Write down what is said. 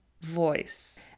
voice